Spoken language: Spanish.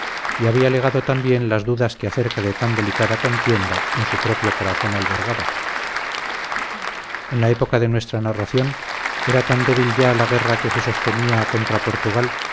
le había legado también las dudas que acerca de tan delicada contienda en su propio corazón albergaba en la época de nuestra narración era tan débil ya la guerra que se sostenía contra portugal